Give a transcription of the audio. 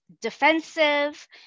defensive